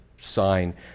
sign